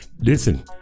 Listen